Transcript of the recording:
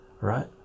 right